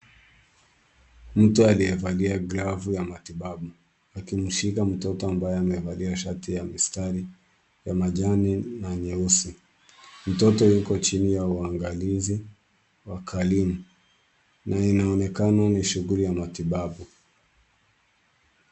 Mtu aliyevalia glavu ya matibabu akimshika mtoto ambaye amevalia shati ya mistari ya majani na nyeusi. Mtoto yuko chini ya uangalizi wa karibu na inaonekana ni shughuli ya matibabu.